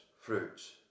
fruits